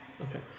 Okay